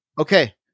Okay